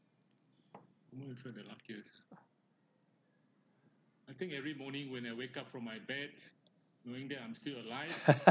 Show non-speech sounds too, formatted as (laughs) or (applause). (laughs)